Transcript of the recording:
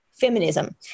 feminism